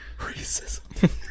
Racism